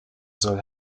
soll